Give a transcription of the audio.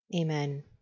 Amen